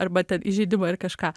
arba ten įžeidimai ar kažką